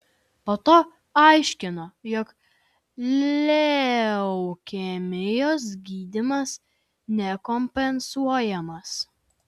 po to aiškino jog leukemijos gydymas nekompensuojamas